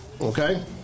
Okay